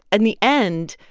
and the end,